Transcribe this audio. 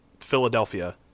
Philadelphia